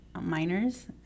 minors